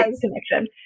connection